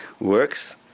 works